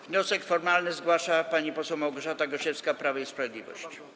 Wniosek formalny zgłasza pani poseł Małgorzata Gosiewska, Prawo i Sprawiedliwość.